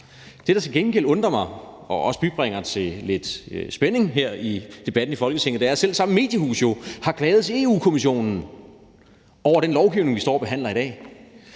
Det, der til gengæld undrer mig og også bidrager til lidt spænding her i debatten i Folketinget, er, at selv samme mediehus jo har klaget til Europa-Kommissionen over den lovgivning, vi står og behandler i dag.